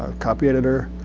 ah copy editor.